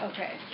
Okay